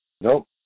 Nope